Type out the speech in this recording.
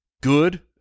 good